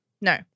No